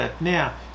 Now